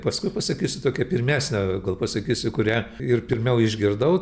paskui pasakysiu tokią pirmesnę gal pasakysiu kurią ir pirmiau išgirdau